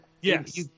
Yes